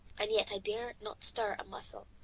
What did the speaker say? and yet i dared not stir a muscle.